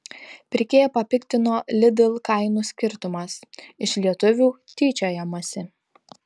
pirkėją papiktino lidl kainų skirtumas iš lietuvių tyčiojamasi